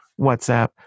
WhatsApp